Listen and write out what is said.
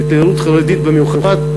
לתיירות חרדית במיוחד.